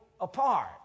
apart